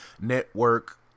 network